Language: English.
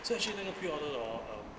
so actually 那个 pre-order lor um